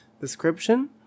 description